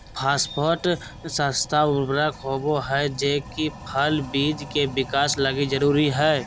phosphate सस्ता उर्वरक होबा हइ जे कि फल बिज के विकास लगी जरूरी हइ